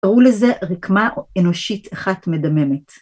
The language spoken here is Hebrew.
ק‫ראו לזה רקמה אנושית אחת מדממת.